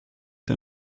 der